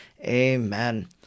Amen